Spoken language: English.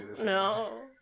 no